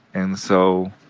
and so,